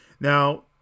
Now